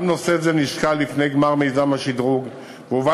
גם נושא זה נשקל לפני גמר מיזם השדרוג והובא